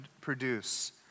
produce